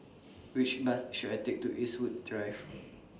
Which Bus should I Take to Eastwood Drive